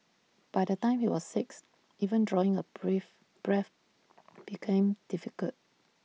by the time he was six even drawing A brave breath became difficult